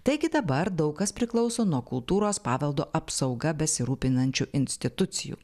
taigi dabar daug kas priklauso nuo kultūros paveldo apsauga besirūpinančių institucijų